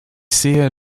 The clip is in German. sehe